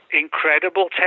incredible